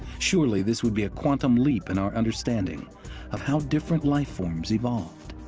surely this would be a quantum leap in our understanding of how different life forms evolved?